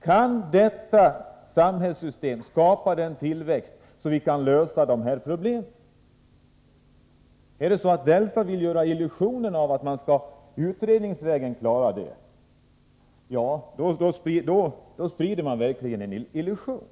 Kan detta samhällssystem skapa en sådan tillväxt att vi kan lösa dessa problem? Vill DELFA ge illusionen av att man utredningsvägen kan klara det? Då sprider man verkligen en illusion.